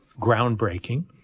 groundbreaking